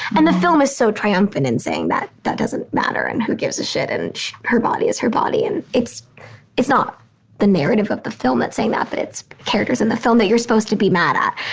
and the film is so triumphant in saying that that doesn't matter. and who gives a shit. and her body is her body. and it's it's not the narrative of the film that saying that but it's characters in the film that you're supposed to be mad at.